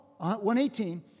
118